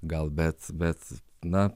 gal bet bet na